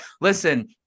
Listen